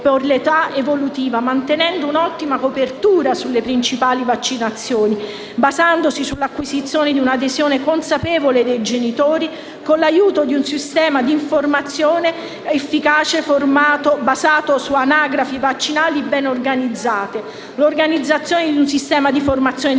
per l'età evolutiva mantenendo un'ottima copertura sulle principali vaccinazioni, basandosi sull'acquisizione di una adesione consapevole dei genitori con l'aiuto di un sistema informativo efficace basato su anagrafi vaccinali ben organizzate, sull'organizzazione di un sistema di formazione del